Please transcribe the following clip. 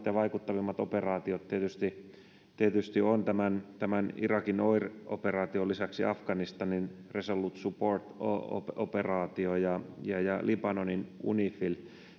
ja vaikuttavimmat operaatiot tietysti tietysti ovat tämän irakin operaation lisäksi afganistanin resolute support operaatio ja ja libanonin unifil